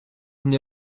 nie